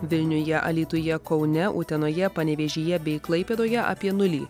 vilniuje alytuje kaune utenoje panevėžyje bei klaipėdoje apie nulį